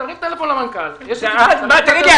תרים טלפון למנכ"ל --- תגיד לי,